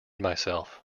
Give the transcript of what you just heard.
myself